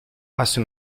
passò